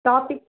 topic